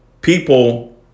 people